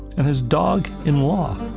and his dog, in law,